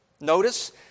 Notice